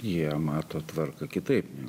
jie mato tvarką kitaip